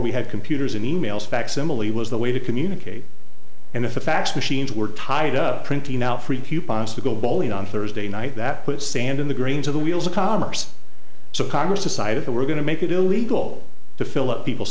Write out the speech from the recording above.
we had computers and e mails facsimile was the way to communicate and if the fax machines were tired of printing out free coupons to go bowling on thursday night that put sand in the greens of the wheels of commerce so congress decided that we're going to make it illegal to fill up people's